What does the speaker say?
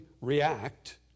react